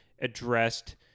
addressed